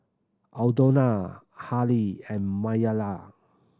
Aldona Hali and Maliyah